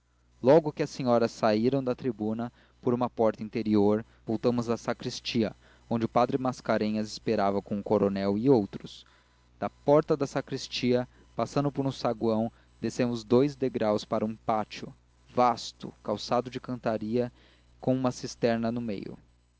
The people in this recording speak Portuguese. logo que as senhoras saíram da tribuna por uma porta interior voltamos à sacristia onde o padre mascarenhas esperava com o coronel e os outros da porta da sacristia passando por um saguão descemos dous degraus para um pátio vasto calçado de cantaria com uma cisterna no meio